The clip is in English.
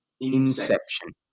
Inception